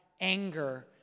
anger